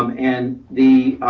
um and the